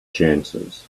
chances